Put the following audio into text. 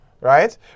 Right